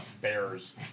Bears